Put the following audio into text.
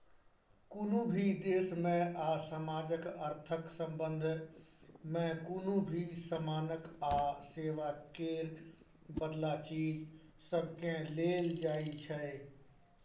कुनु भी देश में आ समाजक अर्थक संबंध में कुनु भी समानक आ सेवा केर बदला चीज सबकेँ लेल जाइ छै